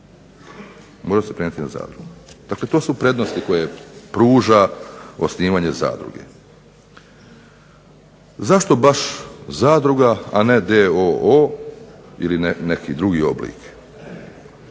može prenijeti na zadrugu. Dakle, to su prednosti koje pruža osnivanje zadruge. Zašto baš zadruga, a ne d.o.o. ili ne neki drugi oblik.